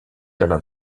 della